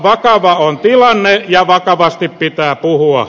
vakava on tilanne ja vakavasti pitää puhua